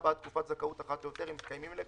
כאילו אומרים לאזרחים -- אמרתי את זה בהתחלה,